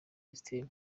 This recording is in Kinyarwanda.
system